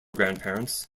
grandparents